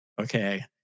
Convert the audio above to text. okay